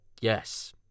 yes